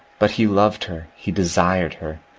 but he loved her he desired her.